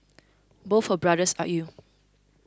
both her brothers are ill